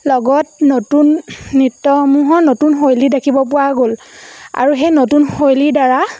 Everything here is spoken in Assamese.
লগত নতুন নৃত্যসমূহৰ নতুন শৈলী দেখিবলৈ পোৱা গ'ল আৰু সেই নতুন শৈলীৰদ্বাৰা